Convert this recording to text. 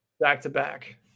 Back-to-back